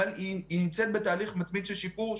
אבל היא נמצאת בתהליך מתמיד של שיפור,